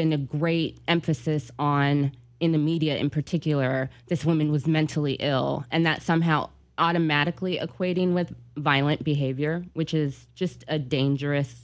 been a great emphasis on in the media in particular this woman was mentally ill and that somehow automatically equating with violent behavior which is just a dangerous